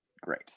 great